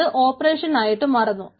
അത് ഓപ്പറേഷൻ ആയിട്ട് മാറുന്നു